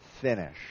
finish